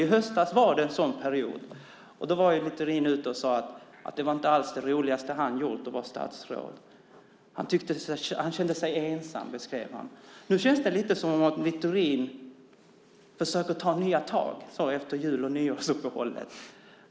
I höstas var det en sådan period. Då var Littorin ute och sade att det inte alls var det roligaste han hade gjort att vara statsråd. Han kände sig ensam, beskrev han. Nu känns det lite som att Littorin försöker ta nya tag efter jul och nyårsuppehållet.